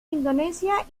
indonesia